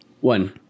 One